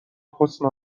حسن